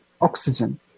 oxygen